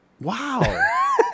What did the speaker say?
Wow